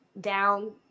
down